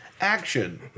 action